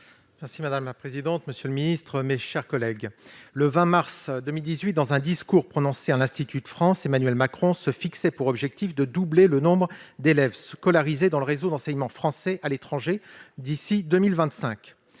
est ainsi libellé : La parole est à M. Olivier Cadic. Le 20 mars 2018, dans un discours prononcé à l'Institut de France, Emmanuel Macron se fixait pour objectif de doubler le nombre d'élèves scolarisés dans le réseau d'enseignement français à l'étranger d'ici à 2025.